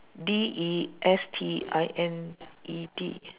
D E S T I N E D